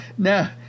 no